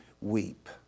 weep